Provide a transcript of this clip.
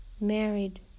married